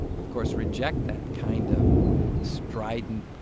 of course, reject that kind of strident,